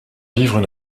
vivre